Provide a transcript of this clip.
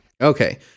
Okay